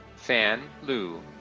fan liu,